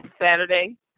Saturday